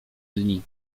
dni